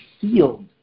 sealed